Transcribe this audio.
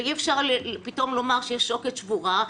אי אפשר פתאום לומר שיש שוקת שבורה.